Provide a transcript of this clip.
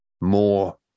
more